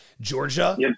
Georgia